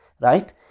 Right